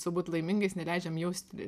sau būt laimingais neleidžiam jausti